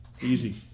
Easy